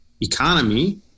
economy